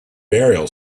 burial